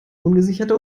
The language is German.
ungesicherte